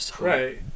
Right